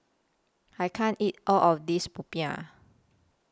I can't eat All of This Popiah